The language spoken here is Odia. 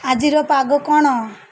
ଆଜିର ପାଗ କ'ଣ